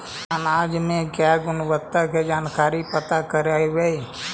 अनाज मे क्या गुणवत्ता के जानकारी पता करबाय?